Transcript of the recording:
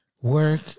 work